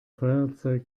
feuerzeug